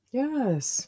yes